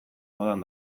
modan